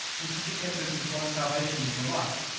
which is the evidence of god's salvation in your life.